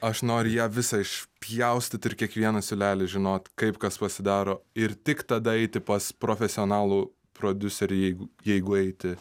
aš noriu ją visą išpjaustyt ir kiekvieną siūlelį žinot kaip kas pasidaro ir tik tada eiti pas profesionalų prodiuserį jeigu jeigu eiti